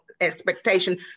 expectation